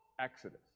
Exodus